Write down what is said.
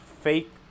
fake